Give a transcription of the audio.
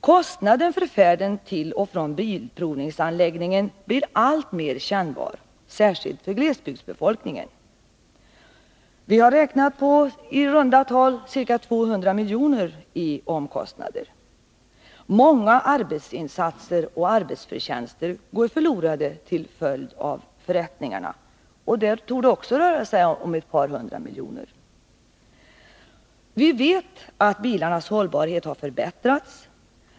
Kostnaden för färden till och från bilprovningsanläggningen blir allt mer kännbar, särskilt för glesbygdsbefolkningen. Vi har räknat med i runt tal 200 miljoner i omkostnader. Många arbetsinsatser och arbetsförtjänster går förlorade till följd av förrättningarna, och det torde också röra sig om ett par hundra miljoner. Vi vet att bilarnas hållbarhet har förbättrats.